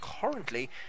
currently